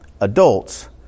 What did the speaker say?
Adults